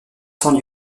cents